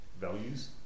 values